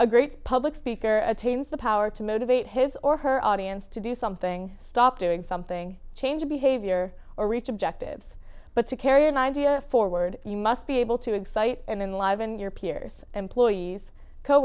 a great public speaker attains the power to motivate his or her audience to do something stop doing something change behavior or reach objectives but to carry an idea forward you must be able to excite and then live in your peers employees co